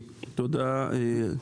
תודה רבה,